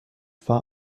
war